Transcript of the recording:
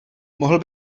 mohl